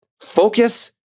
Focus